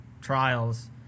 trials